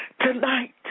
tonight